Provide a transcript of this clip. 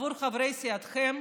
עבור חברי סיעתכם?